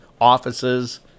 offices